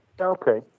Okay